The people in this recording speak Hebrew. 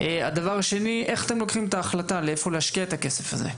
דבר שני איך אתם מגיעים להחלטה איפה להשקיע את הכסף הזה?